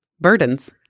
burdens